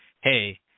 hey